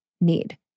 need